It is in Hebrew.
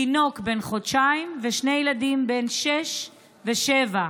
תינוק בן חודשיים ושני ילדים בני שש ושבע.